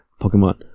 Pokemon